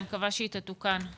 אני מקווה שהיא תתוקן.